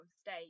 state